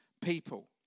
people